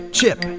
Chip